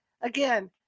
again